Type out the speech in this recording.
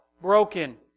broken